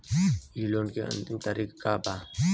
इ लोन के अन्तिम तारीख का बा?